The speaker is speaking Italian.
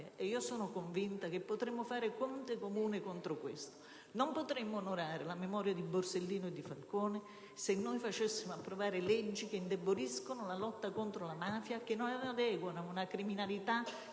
ed io sono convinta che potremo fare fronte comune contro questo. Non potremmo onorare la memoria di Borsellino e di Falcone se facessimo approvare leggi che indeboliscono la lotta contro la mafia, che non adeguano ad una criminalità